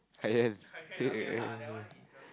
Kai-Lian